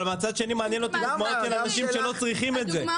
אבל מהצד השני גם דוגמאות של אנשים שלא צריכים את זה,